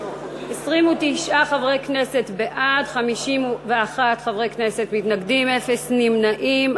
29 חברי כנסת בעד, 51 מתנגדים, אין נמנעים.